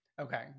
Okay